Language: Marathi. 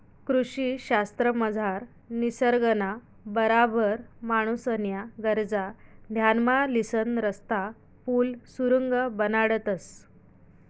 कृषी शास्त्रमझार निसर्गना बराबर माणूसन्या गरजा ध्यानमा लिसन रस्ता, पुल, सुरुंग बनाडतंस